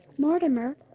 mortimer.